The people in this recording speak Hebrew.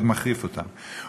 עוד מחריף אותן,